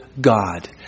God